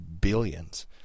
billions